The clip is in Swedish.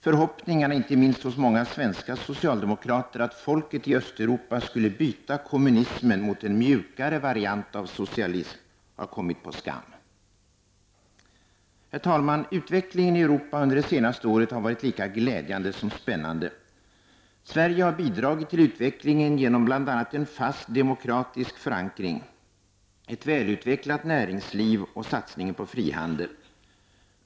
Förhoppningarna inte minst hos många svenska socialdemokrater att folket i Östeuropa skulle byta kommunismen mot en mjukare variant av socialism har kommit på skam. Herr talman! Utvecklingen i Europa under det senaste året har varit lika glädjande som spännande. Sverige har bidragit till utvecklingen genom bl.a. en fast demokratisk förankring, ett välutvecklat näringsliv och satsningen på frihandel.